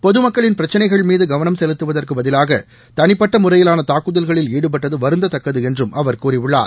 பொது மக்களின் பிரச்சினைகள் மீது கவனம் செலுத்துவதற்கு பதிவாக தனிப்பட்ட முறையிலான தாக்குதல்களில் ஈடுபட்டது வருந்தத் தக்கது என்றும் அவர் கூறியுள்ளார்